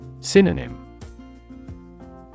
Synonym